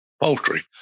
poultry